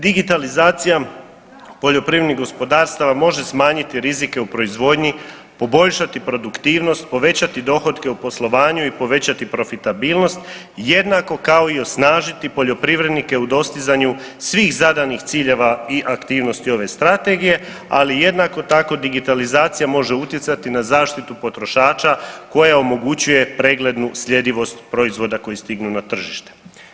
Digitalizacija poljoprivrednih gospodarstava može smanjiti rizike u proizvodnji, poboljšati produktivnost, povećati dohotke u poslovanju i povećati profitabilnost, jednako kao i osnažiti poljoprivrednike u dostizanju svih zadanih ciljeva i aktivnosti ove strategije, ali jednako tako digitalizacija može utjecati na zaštitu potrošača koja omogućuje preglednu sljedivost proizvoda koji stignu na tržište.